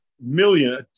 million